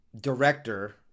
director